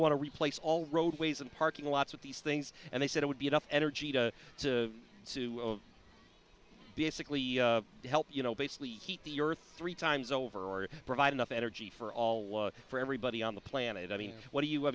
want to replace all roadways and parking lots with these things and they said it would be enough energy to to sue basically to help you know basically heat the earth three times over or provide enough energy for all for everybody on the planet i mean what do you i